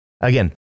again